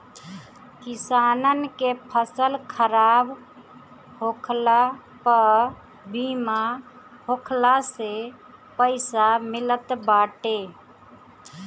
किसानन के फसल खराब होखला पअ बीमा होखला से पईसा मिलत बाटे